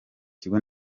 ikigo